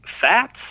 Fats